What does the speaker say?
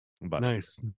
Nice